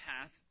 path